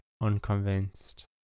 unconvinced